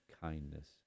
kindness